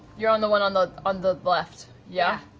you're on the one on the on the left. yeah?